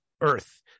earth